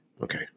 Okay